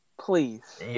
please